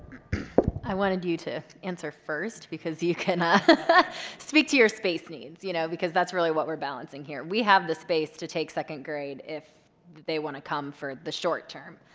i wanted you to answer first because you can but speak to your space needs you know because that's really what we're balancing here we have the space to take second grade if they want to come for the short term